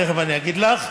תכף אני אגיד לך,